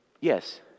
yes